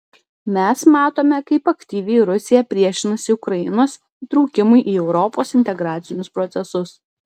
mes matome kaip aktyviai rusija priešinasi ukrainos įtraukimui į europos integracinius procesus